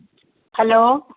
hello